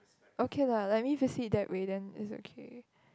okay lah like I mean if you see it that way then it's okay